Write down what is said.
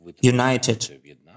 united